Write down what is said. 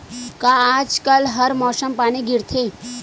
का आज कल हर मौसम पानी गिरथे?